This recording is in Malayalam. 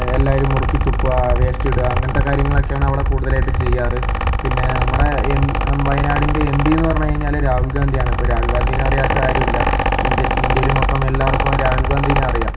എല്ലാരും മുറുക്കിത്തുപ്പുക വേസ്റ്റ് ഇടുക അങ്ങനത്തെ കാര്യങ്ങളൊക്കെയാണ് അവിടെ കൂടുതലായിട്ടും ചെയ്യാറ് പിന്നെ നമ്മുടെ എം എം വയനാടിൻ്റെ എം പി എന്ന് പറഞ്ഞുകഴിഞ്ഞാൽ രാഹുൽ ഗാന്ധി ആണ് ഇപ്പം രാഹുൽ ഗാന്ധിനെ അറിയാത്ത ആരുമില്ല ഇന്ത്യ ഇന്ത്യയിൽ മൊത്തം എല്ലാവർക്കും രാഹുൽ ഗാന്ധിനെ അറിയാം